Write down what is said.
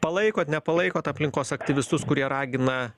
palaikot nepalaikot aplinkos aktyvistus kurie ragina